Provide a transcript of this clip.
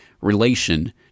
relation